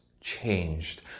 changed